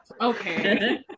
Okay